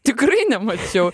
tikrai nemačiau